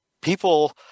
people